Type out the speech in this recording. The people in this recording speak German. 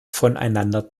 voneinander